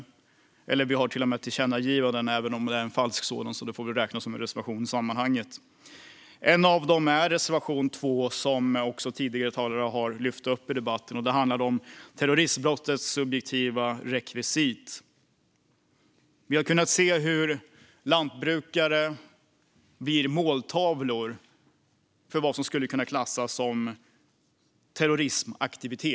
Vi har till och med ett förslag till tillkännagivande, men eftersom det är en falsk majoritet får det väl räknas som en reservation i sammanhanget. En av reservationerna är reservation 2, som också tidigare talare har tagit upp i debatten. Den handlar om terroristbrottets subjektiva rekvisit. Vi har kunnat se hur lantbrukare blir måltavlor för vad som kan klassas som terrorismaktivitet.